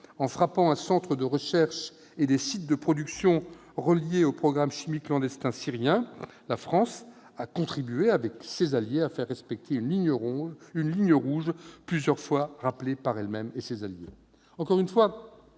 En frappant un centre de recherche et des sites de production reliés au programme chimique clandestin syrien, la France a contribué, avec ses alliés, à faire respecter une « ligne rouge » plusieurs fois rappelée par elle et ses alliés.